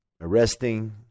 arresting